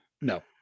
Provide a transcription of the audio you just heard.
No